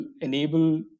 enable